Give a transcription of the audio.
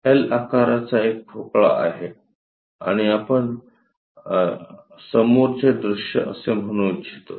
L आकाराचा एक ठोकळा आहे आणि आपण याला समोरचे दृश्य असे म्हणू इच्छितो